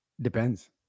Depends